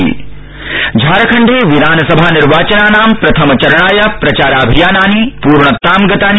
झारखण्डे विधानसभा निर्वाचनानां प्रथम चरणाय प्रचाराभियानानि पूर्णतां गतानि